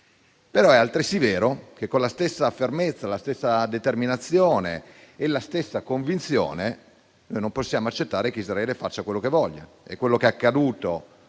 anche vero, però, che con la stessa fermezza, con la stessa determinazione e con la stessa convinzione non possiamo accettare che Israele faccia quello che vuole. E quello che è accaduto